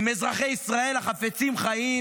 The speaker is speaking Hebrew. עם אזרחי ישראל החפצים חיים,